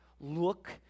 Look